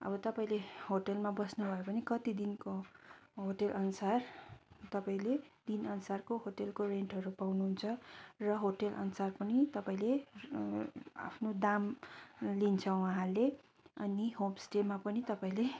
अब तपाईँले होटेलमा बस्नु भयो भने कति दिनको हो त्यो अनुसार तपाईँले दिन अनुसारको होटेलको रेन्टहरू पाउनु हुन्छ र होटेल अनुसार पनि तपाईँले आफ्नो दाम लिन्छ उहाँले अनि होमस्टेमा पनि तपाईँले